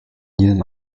diesem